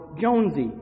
Jonesy